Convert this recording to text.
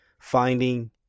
finding